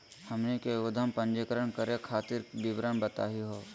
हमनी के उद्यम पंजीकरण करे खातीर विवरण बताही हो?